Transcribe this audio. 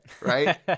right